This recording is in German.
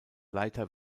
leiter